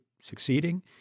succeeding